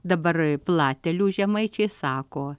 dabar platelių žemaičiai sako